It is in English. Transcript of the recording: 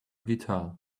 guitar